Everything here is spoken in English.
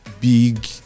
big